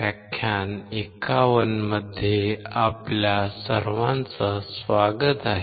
परत स्वागत आहे